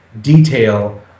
detail